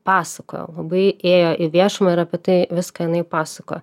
pasakojo labai ėjo į viešumą ir apie tai viską jinai pasakojo